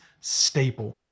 staple